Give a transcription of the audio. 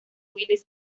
willis